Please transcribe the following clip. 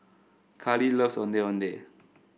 Carley loves Ondeh Ondeh